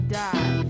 die